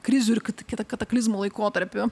krizių ir kita kataklizmų laikotarpiu